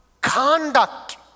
conduct